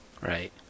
Right